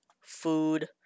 food